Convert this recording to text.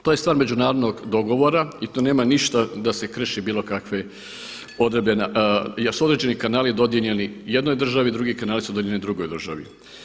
To je stvar međunarodnog dogovora i to nema ništa da se krši bilo kakve odredbe jer su određeni kanali dodijeljeni jednoj državi, drugi kanali su dodijeljeni drugoj državi.